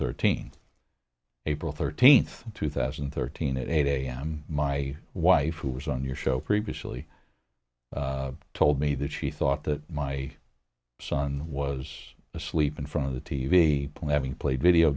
thirteen april thirteenth two thousand and thirteen at eight am my wife who was on your show previously told me that she thought that my son was asleep in front of the t v point having played video